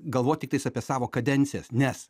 galvot tiktais apie savo kadencijas nes